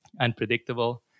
unpredictable